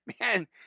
man